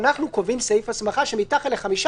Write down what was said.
אנחנו קובעים סעיף הסמכה שמתחת לחמישה